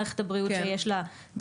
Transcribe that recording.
לא רק מערכת הבריאות שיש לה דחייה.